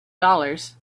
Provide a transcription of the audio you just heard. dollars